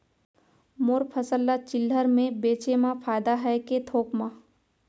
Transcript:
मोर फसल ल चिल्हर में बेचे म फायदा है के थोक म?